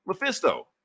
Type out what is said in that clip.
Mephisto